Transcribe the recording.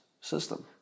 system